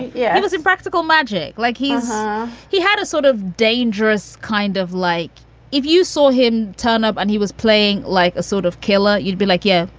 yeah. i was practical magic like, he he had a sort of dangerous kind of like if you saw him turn up and he was playing like a sort of killer, you'd be like, yeah,